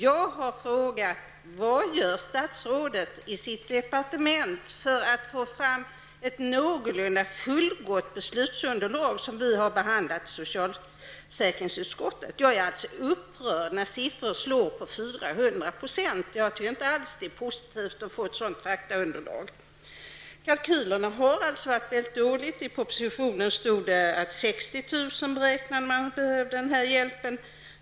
Jag har frågat: Vad gör statsrådet i sitt departement för att få fram ett någorlunda fullgott beslutsunderlag till skillnad från det som vi har behandlat i socialförsäkringsutskottet? Jag blir upprörd när siffror slår fel med 400 %. Jag tycker inte alls att det är positivt att få ett sådant faktaunderlag. Kalkylerna har varit mycket dåliga. I propositionen stod det att man beräknade att 60 000 behövde den här hjälpen.